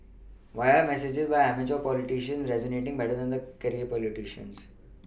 why are the messages by amateur politicians resonating better than the career politicians